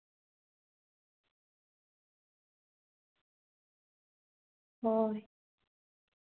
ᱦᱳᱭ